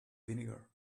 vinegar